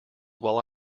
while